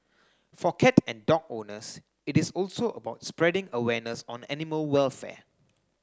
for cat and dog owners it is also about spreading awareness on animal welfare